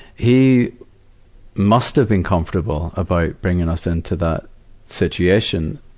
he must have been comfortable about bringing us into that situation.